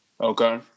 Okay